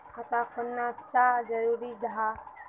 खाता खोलना चाँ जरुरी जाहा?